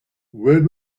when